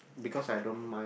because I don't mind